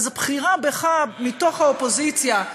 אז הבחירה בך מתוך האופוזיציה,